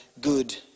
good